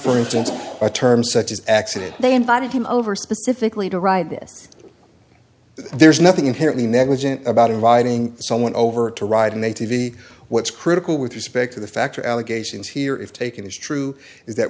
for instance a term such as accident they invited him over specifically to ride this there's nothing inherently negligent about inviting someone over to ride in a t v what's critical with respect to the facts or allegations here if taken is true is that